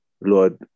Lord